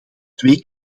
twee